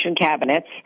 cabinets